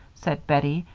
said bettie,